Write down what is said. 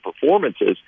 performances